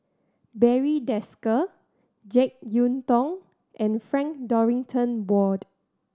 Barry Desker Jek Yeun Thong and Frank Dorrington Ward